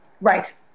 Right